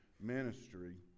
ministry